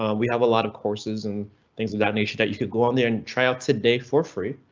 um we have a lot of courses and things of that nature that you could go out there and try out today for free.